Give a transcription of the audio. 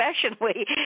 professionally